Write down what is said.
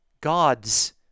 God's